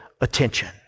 attention